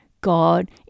God